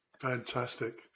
fantastic